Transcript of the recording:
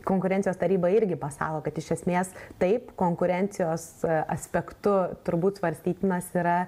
konkurencijos taryba irgi pasako kad iš esmės taip konkurencijos aspektu turbūt svarstytinas yra